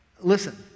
listen